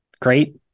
great